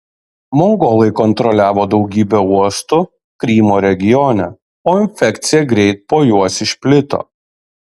mongolai kontroliavo daugybę uostų krymo regione o infekcija greitai po juos išplito